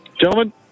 Gentlemen